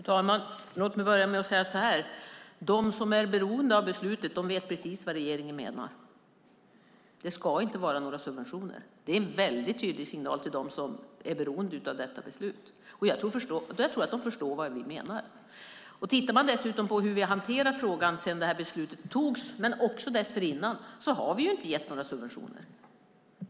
Fru talman! Låt mig börja med att säga så här: De som är beroende av beslutet vet precis vad regeringen menar. Det ska inte vara några subventioner. Det är en väldigt tydlig signal till dem som är beroende av detta beslut. Jag tror också att de förstår vad vi menar. Tittar man på hur vi har hanterat frågan sedan beslutet togs och också dessförinnan ser man att vi inte har gett några subventioner.